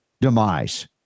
demise